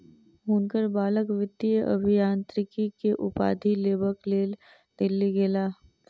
हुनकर बालक वित्तीय अभियांत्रिकी के उपाधि लेबक लेल दिल्ली गेला